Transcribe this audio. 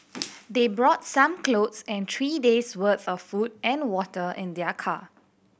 they brought some clothes and three days worth of food and water in their car